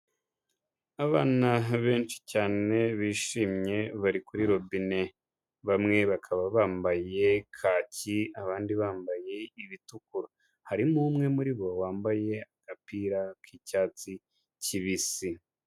Abana benshi cyane bishimye bari kuri robine, bamwe bakaba bambaye kaki, abandi bambaye ibitukura, harimo umwe muri bo wambaye agapira k'icyatsi kibisi.